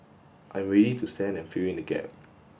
I'm ready to send and fill in the gap